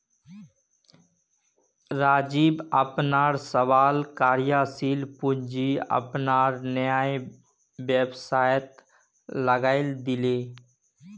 राजीव अपनार सबला कार्यशील पूँजी अपनार नया व्यवसायत लगइ दीले